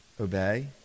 obey